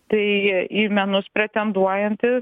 tai į menus pretenduojanti